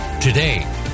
Today